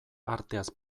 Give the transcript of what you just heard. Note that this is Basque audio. arteaz